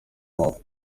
moko